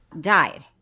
died